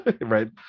right